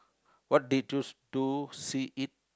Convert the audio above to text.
what they choose to see it